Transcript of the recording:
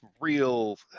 real